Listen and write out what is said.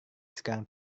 sekarang